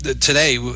today